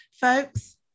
folks